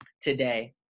today